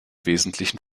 wesentlichen